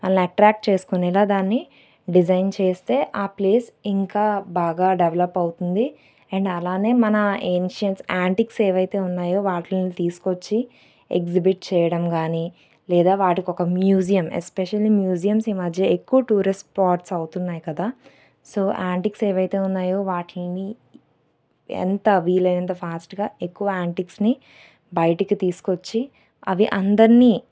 వాళ్ళని అట్రాక్ట్ చేసుకునేలాగా దాన్ని డిజైన్ చేస్తే ఆ ప్లేస్ ఇంకా బాగా డెవలప్ అవుతుంది అండ్ అలానే మన ఏన్షియన్స్ ఆంటిక్స్ ఏవైతే ఉన్నాయో వాటిని తీసుకొచ్చి ఎగ్జిబిట్ చేయడం కానీ లేదా వాటికి ఒక మ్యూజియం ఎస్పెషల్లీ మ్యూజియమ్స్ ఈ మధ్య ఎక్కువ టూరిస్ట్ స్పాట్స్ అవుతున్నాయి కదా సో ఆంటిక్స్ ఏవైతే ఉన్నాయో వాటిని ఎంత వీలైనంత ఫాస్ట్గా ఎక్కువ ఆంటిక్స్ని బయటికి తీసుకు వచ్చి అవి అందరిని